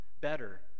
better